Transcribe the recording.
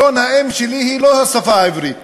לשון האם שלי היא לא השפה העברית.